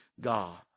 God